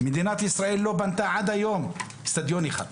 מדינת ישראל לא בנתה עד היום אצטדיון אחד,